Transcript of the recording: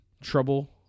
trouble